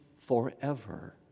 forever